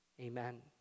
Amen